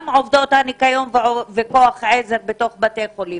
גם כוח עזר בתוך בתי החולים.